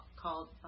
called